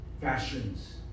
fashions